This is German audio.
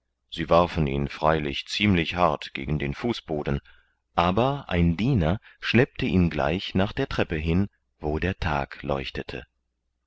sie warfen ihn freilich ziemlich hart gegen den fußboden aber ein diener schleppte ihn gleich nach der treppe hin wo der tag leuchtete